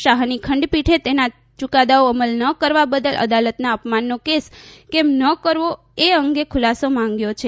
શાહની ખંડપીઠે તેના યુકાદાઓ અમલ ન કરવા બદલ અદાલતના અપમાનનો કેસ કેમ ન કરવો એ અંગે ખુલાસો માંગ્યો છે